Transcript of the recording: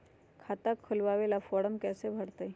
खाता खोलबाबे ला फरम कैसे भरतई?